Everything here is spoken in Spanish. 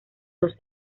dos